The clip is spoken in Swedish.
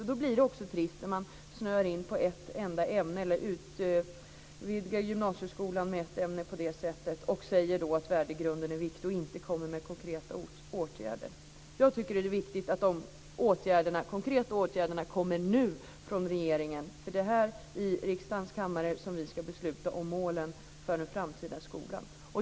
Därför är det också trist att man snöar in på ett enda ämne, eller utvidgar gymnasieskolan med ett ämne, och säger att värdegrunden är viktig men inte föreslår konkreta åtgärder. Jag tycker att det är viktigt att de konkreta åtgärderna kommer från regeringen nu, för det är här i riksdagens kammare som vi ska besluta om målen för den framtida skolan.